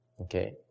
Okay